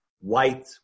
white